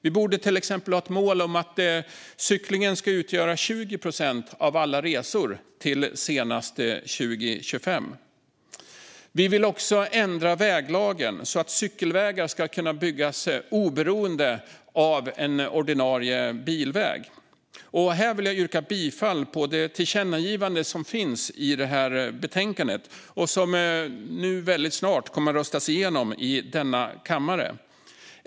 Vi borde till exempel ha ett mål om att cyklingen ska utgöra 20 procent av alla resor senast 2025. Vi vill också ändra väglagen så att cykelvägar kan byggas oberoende av en ordinarie bilväg. Här vill jag yrka bifall till det tillkännagivande som finns i betänkandet, som nu snart kommer att röstas igenom i denna kammare.